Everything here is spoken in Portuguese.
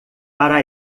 para